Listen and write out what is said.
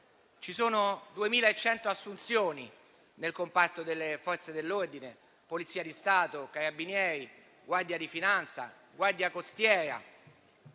Ci sono 2.100 assunzioni nel comparto delle Forze dell'ordine (Polizia di Stato, Carabinieri, Guardia di finanza, Guardia costiera);